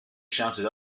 shouted